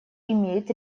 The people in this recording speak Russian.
имеет